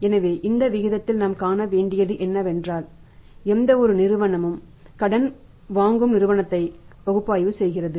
எனவே இந்த விகிதத்தில் நாம் காண வேண்டியது என்னவென்றால் எந்தவொரு நிறுவனமும் கடன் வாங்கும் நிறுவனத்தை பகுப்பாய்வு செய்கிறது